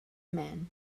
man